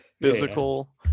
Physical